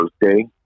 birthday